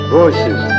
voices